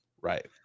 right